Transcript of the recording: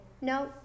No